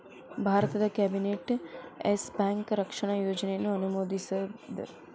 ಭಾರತದ್ cabinet Yes Bank ರಕ್ಷಣಾ ಯೋಜನೆಯನ್ನ ಅನುಮೋದಿಸೇದ್